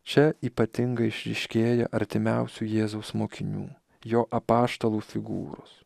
čia ypatingą išryškėja artimiausių jėzaus mokinių jo apaštalų figūros